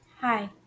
Hi